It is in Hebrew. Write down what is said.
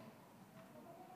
לאחרונה